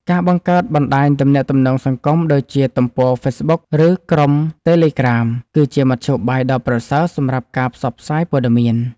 ការបង្កើតបណ្តាញទំនាក់ទំនងសង្គម ដូចជា ទំព័រហ្វេសប៊ុក ឬ ក្រុមតេលេក្រាម គឺជាមធ្យោបាយដ៏ប្រសើរសម្រាប់ការផ្សព្វផ្សាយព័ត៌មាន។